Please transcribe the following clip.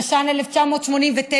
התש"ן 1989,